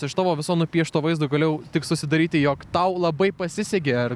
iš tavo viso nupiešto vaizdo galėjau tik susidaryti jog tau labai pasisekė ar